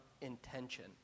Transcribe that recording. intention